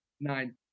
Nine